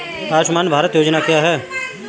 आयुष्मान भारत योजना क्या है?